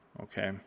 Okay